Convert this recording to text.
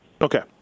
Okay